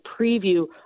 preview